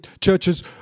churches